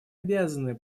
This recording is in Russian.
обязаны